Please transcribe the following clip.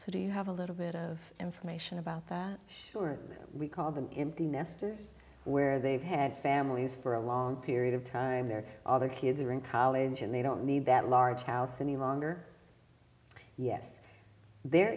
so do you have a little bit of information about that sure we call them the nestors where they've had families for a long period of time they're all their kids are in college and they don't need that large house any longer yes there